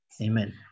Amen